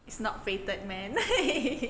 it's not fated man